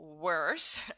worse